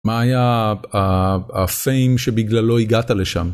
מה היה הפיים שבגללו הגעת לשם?